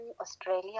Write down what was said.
Australia